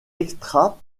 extra